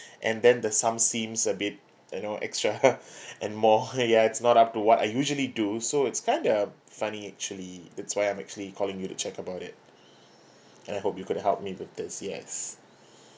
and then the sum seems a bit you know extra and more ya it's not up to what I usually do so it's kind of funny actually that's why I'm actually calling you to check about it and I hope you could help me with this yes